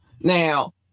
Now